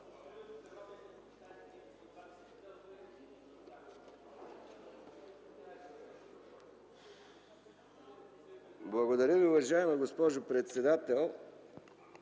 Благодаря Ви, уважаема госпожо председател.